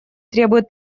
требуют